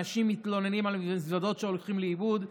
אנשים מתלוננים על מזוודות שהולכות לאיבוד,